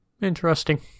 interesting